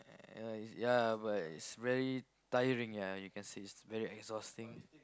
yeah yeah but it's very tiring yeah you can say it's very exhausting